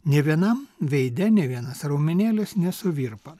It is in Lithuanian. nė vienam veide nė vienas raumenėlis nesuvirpa